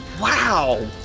Wow